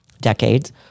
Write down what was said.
decades